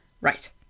Right